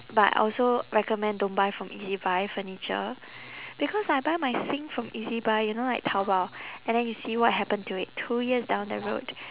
but also recommend don't buy from ezbuy furniture because I buy my sink from ezbuy you know like taobao and then you see what happened to it two years down the road